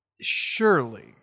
Surely